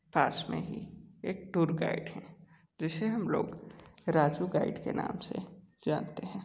पास में ही एक टूर गाइड हैं जिसे हम लोग राजू गाइड के नाम से जानते हैं